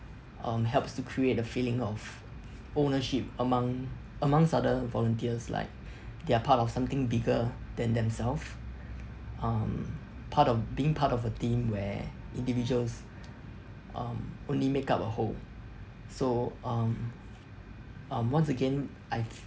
um helps to create a feeling of ownership among amongst other volunteers like they're part of something bigger than themself um part of being part of a team where individuals um only make up a whole so um um once again I've